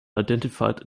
identified